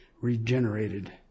regenerated